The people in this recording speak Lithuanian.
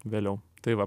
vėliau tai va